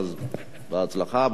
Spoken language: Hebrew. בהצלחה.